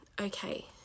Okay